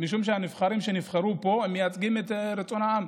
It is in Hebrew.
משום שהנבחרים שנבחרו פה מייצגים את רצון העם.